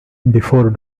before